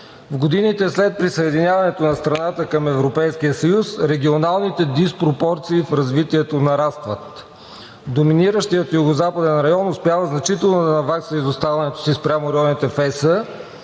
В годините след присъединяването на страната към Европейския съюз регионалните диспропорции в развитието нарастват. Доминиращият югозападен район успява значително да навакса изоставянето си спрямо районите в ЕС,